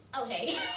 okay